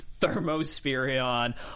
Thermosphereon